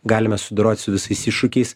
galime sudorot su visais iššūkiais